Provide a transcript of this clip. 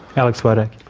alex wodak?